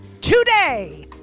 today